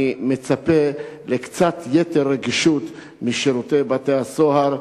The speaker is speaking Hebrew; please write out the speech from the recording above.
אני מצפה לקצת יתר רגישות משירותי בתי-הסוהר.